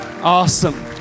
Awesome